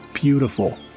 Beautiful